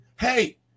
Hey